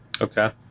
Okay